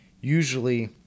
usually